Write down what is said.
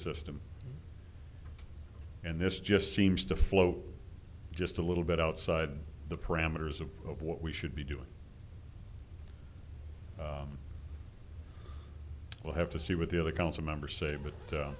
system and this just seems to flow just a little bit outside the parameters of what we should be doing we'll have to see what the other council members say but